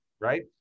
right